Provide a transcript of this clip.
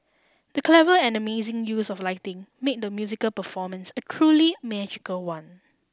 the clever and amazing use of lighting made the musical performance a truly magical one